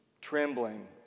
trembling